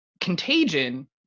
Contagion